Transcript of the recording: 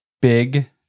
big